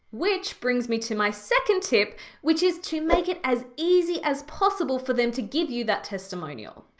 which brings me to my second tip which is to make it as easy as possible for them to give you that testimonial.